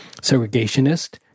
segregationist